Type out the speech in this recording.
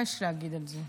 מה יש להגיד על זה?